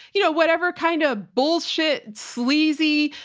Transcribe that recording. you know, whatever kind of bullshit, sleazy,